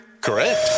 Correct